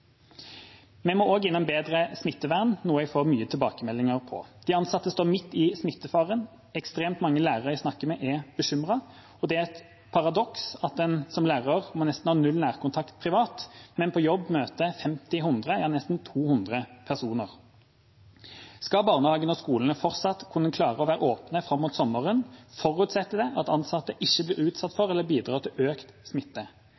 Vi må også innom bedre smittevern, noe jeg får mange tilbakemeldinger om. De ansatte står midt i smittefaren. Ekstremt mange lærere jeg snakker med, er bekymret. Det er et paradoks at en lærer må ha nesten null nærkontakt privat, men på jobb må møte 50, 100, ja nesten 200 personer. Skal barnehagene og skolene fortsatt kunne klare å være åpne fram mot sommeren, forutsetter det at ansatte ikke blir utsatt for eller bidrar til økt smitte.